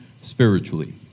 spiritually